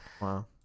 Wow